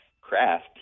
craft